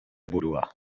burua